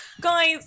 guys